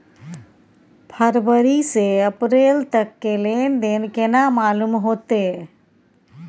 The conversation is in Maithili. फरवरी से अप्रैल तक के लेन देन केना मालूम होते?